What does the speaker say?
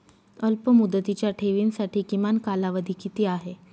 अल्पमुदतीच्या ठेवींसाठी किमान कालावधी किती आहे?